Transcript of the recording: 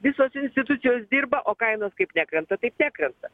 visos institucijos dirba o kainos kaip nekrenta taip nekrenta